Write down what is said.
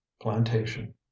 plantation